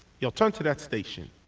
yol turn to that station